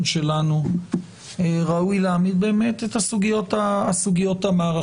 שלנו ראוי להעמיד באמת את הסוגיות המערכתיות.